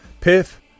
Piff